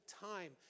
time